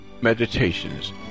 meditations